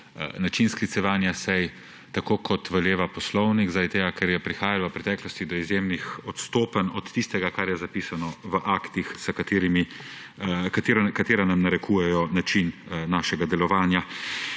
način sklicevanja sej tako, kot veleva poslovnik, zaradi tega ker je prihajalo v preteklosti do izjemnih odstopanj od tistega, kar je zapisano v aktih, ki nam narekujejo način našega delovanja. Dotaknil